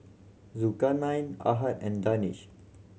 Zulkarnain Ahad and Danish